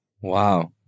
Wow